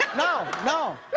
no, no.